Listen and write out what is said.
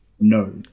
No